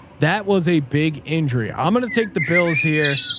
that was a big injury. i'm going to take the bills here.